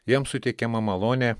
jiem suteikiama malonė